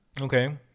Okay